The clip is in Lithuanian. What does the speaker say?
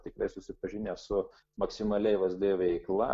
tikrai susipažinęs su maksimaliai vsd veikla